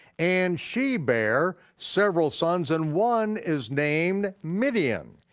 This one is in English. and she bear several sons, and one is named midian.